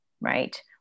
right